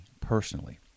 personally